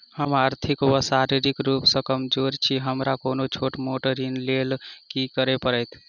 हम आर्थिक व शारीरिक रूप सँ कमजोर छी हमरा कोनों छोट मोट ऋण लैल की करै पड़तै?